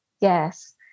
Yes